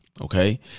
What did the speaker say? Okay